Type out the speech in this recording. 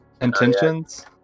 intentions